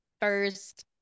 first